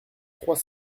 trois